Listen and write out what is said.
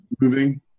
moving